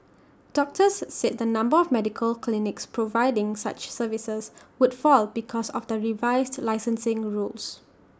doctors said the number of medical clinics providing such services would fall because of the revised licensing rules